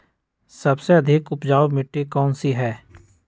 सबसे अधिक उपजाऊ मिट्टी कौन सी हैं?